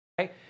Okay